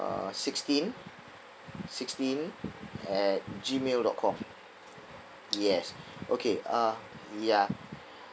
uh sixteen sixteen at gmail dot com yes okay uh ya